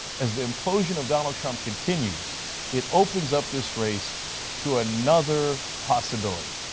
as the implosion of donald trump continues it opens up this race to another possibility.